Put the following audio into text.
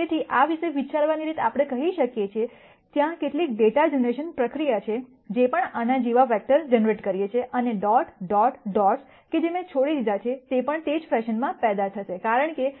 તેથી આ વિશે વિચારવાની રીત આપણે કહી શકીએ કે ત્યાં કેટલીક ડેટા જનરેશન પ્રક્રિયા છે જે આના જેવા વેક્ટર જનરેટ કરે છે અને ડોટ ડોટ ડોટ્સ કે જે મેં છોડી દીધા છે તે પણ તે જ ફેશનમાં પેદા થશે કારણ કે